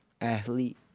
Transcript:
athlete